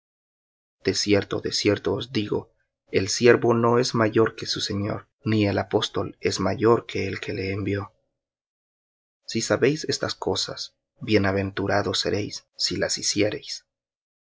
de cierto os digo el siervo no es mayor que su señor ni el apóstol es mayor que el que le envió si sabéis estas cosas bienaventurados seréis si las hiciereis